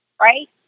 right